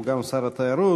שהוא גם שר התיירות.